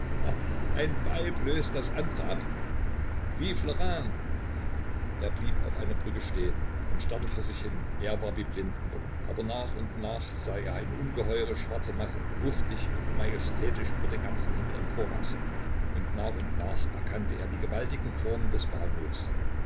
ein weib löst das andre ab vive la reine er blieb auf einer brücke stehen und starrte vor sich hin er war wie blind geworden aber nach und nach sah er eine ungeheure schwarze masse wuchtig und majestätisch über den ganzen himmel emporwachsen und nach und nach erkannte er die gewaltigen formen des bahnhofs